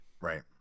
Right